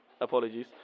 Apologies